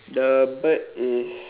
the bird is